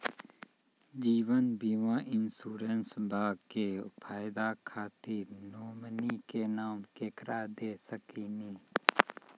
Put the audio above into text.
जीवन बीमा इंश्योरेंसबा के फायदा खातिर नोमिनी के नाम केकरा दे सकिनी?